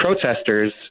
protesters